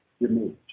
removed